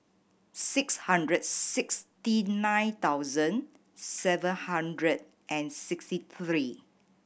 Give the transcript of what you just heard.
six hundred sixty nine thousand seven hundred and sixty three